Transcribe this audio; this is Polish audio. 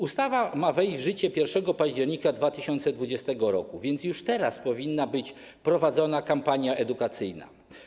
Ustawa ma wejść w życie 1 października 2020 r., więc już teraz powinna być prowadzona kampania edukacyjna.